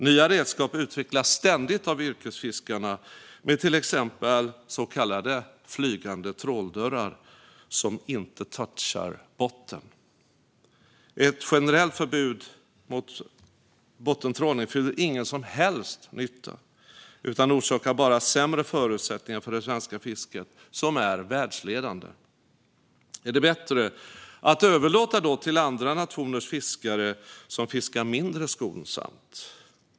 Nya redskap utvecklas ständigt av yrkesfiskarna, med till exempel så kallade flygande tråldörrar som inte touchar botten. Ett generellt förbud mot bottentrålning gör ingen som helst nytta utan orsakar bara sämre förutsättningar för det svenska fisket, som är världsledande. Är det bättre att överlåta fisket till andra nationers fiskare, som fiskar mindre skonsamt?